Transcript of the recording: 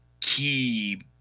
key